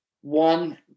One